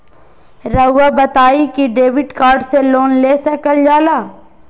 रहुआ बताइं कि डेबिट कार्ड से लोन ले सकल जाला?